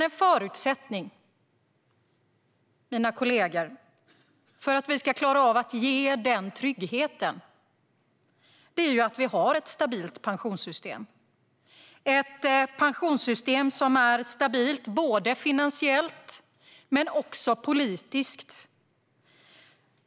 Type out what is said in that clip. En förutsättning, mina kollegor, för att vi ska ge denna trygghet är att vi har ett pensionssystem som är stabilt både finansiellt och politiskt.